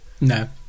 No